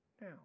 now